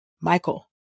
Michael